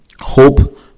hope